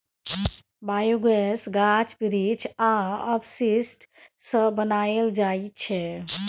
biogas गाछ बिरीछ आ अपशिष्ट सँ बनाएल जाइ छै